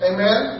Amen